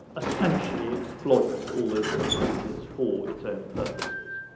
essentially exploits all those difficulties for its own purposes.